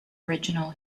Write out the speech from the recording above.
original